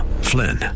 Flynn